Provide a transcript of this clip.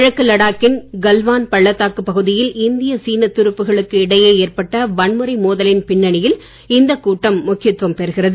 கிழக்கு கல்வான் பள்ளத்தாக்குப் பகுதியில் லடாக் கின் இந்திய சீன துருப்புகளுக்கு இடையே ஏற்பட்ட வன்முறை மோதலின் பின்னணியில் இந்தக் கூட்டம் முக்கியத்துவம் பெறுகிறது